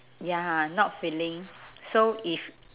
ya not filling so if